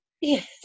Yes